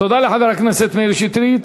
תודה לחבר הכנסת מאיר שטרית.